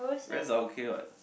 rats are okay what